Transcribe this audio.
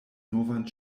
novan